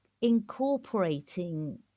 incorporating